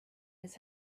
his